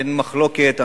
אין מחלוקת,